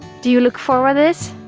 do you look forward this?